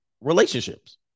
relationships